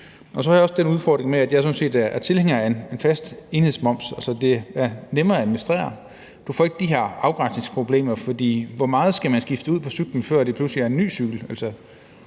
Så har jeg også den udfordring med, at jeg sådan set er tilhænger af en fast enhedsmoms. Altså, det er nemmere at administrere, og du får ikke de her afgrænsningsproblemer, for hvor meget skal man skifte ud på cyklen, før det pludselig er en ny cykel?